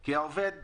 כי העובד מסכן,